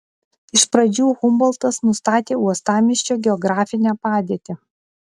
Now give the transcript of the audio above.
iš pradžių humboltas nustatė uostamiesčio geografinę padėtį